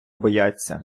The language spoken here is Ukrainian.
бояться